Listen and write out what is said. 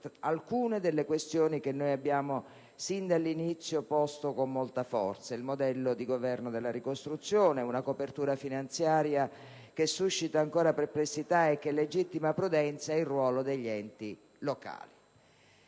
alcune delle questioni che noi abbiamo, sin dall'inizio, posto con molta forza: il modello di governo della ricostruzione, una copertura finanziaria che suscita ancora perplessità e che legittima prudenza, il ruolo degli enti locali.